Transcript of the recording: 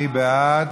מי בעד?